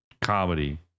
comedy